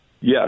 Yes